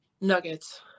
Nuggets